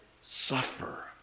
suffer